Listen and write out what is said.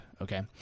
okay